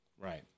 Right